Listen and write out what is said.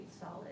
solid